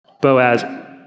Boaz